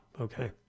Okay